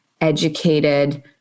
educated